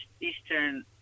eastern